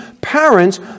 parents